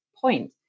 point